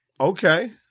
Okay